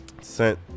sent